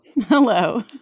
Hello